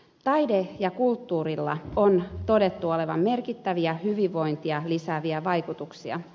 taiteella ja kulttuurilla on todettu olevan merkittäviä hyvinvointia lisääviä vaikutuksia